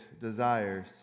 desires